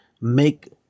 make